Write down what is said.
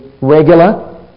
regular